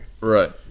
Right